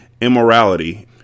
immorality